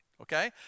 okay